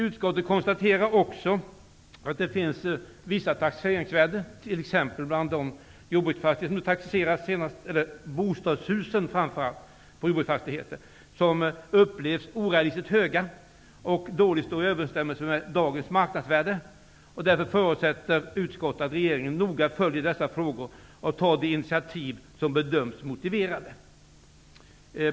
Utskottet konstaterar också att vissa taxeringsvärden, t.ex. för bostadshus på jordbruksfastigheter, upplevs som orealistiskt höga och dåligt står i överensstämmelse med dagens marknadsvärden. Utskottet förutsätter därför att regeringen noga följer dessa frågor och tar de initiativ som bedöms motiverade.